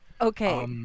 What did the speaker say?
Okay